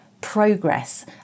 progress